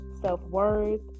self-worth